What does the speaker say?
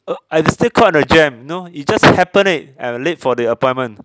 uh I still caught in the jam know it just happen it and I'm late for the appointment